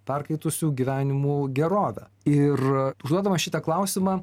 perkaitusių gyvenimų gerovę ir užduodamas šitą klausimą